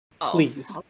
Please